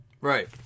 Right